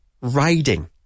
riding